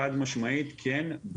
חד משמעית כן,